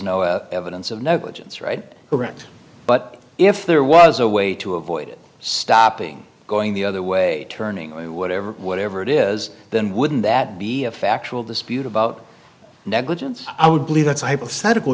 no evidence of negligence right correct but if there was a way to avoid it stopping going the other way turning it whatever whatever it is then wouldn't that be a factual dispute about negligence i would believe that